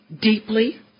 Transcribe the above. deeply